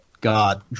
God